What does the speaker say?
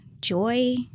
joy